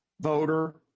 voter